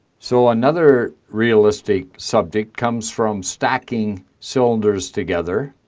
so another realistic subject comes from stacking cylinders together.